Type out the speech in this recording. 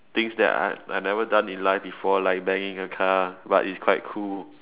things that I I never done in life before like banging a car but is quite cool